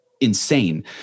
insane